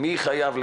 מי חייב לקבל,